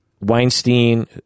Weinstein